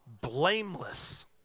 blameless